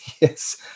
Yes